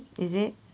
is it